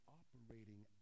operating